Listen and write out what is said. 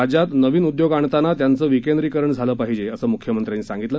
राज्यात नविन उद्योग आणताना त्यांचं विकेंद्रीकरण झालं पाहिजे असं मुख्यमंत्र्यांनी सांगितलं